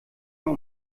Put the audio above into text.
mehr